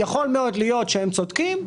יכול מאוד להיות שהם צודקים,